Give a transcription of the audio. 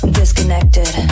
disconnected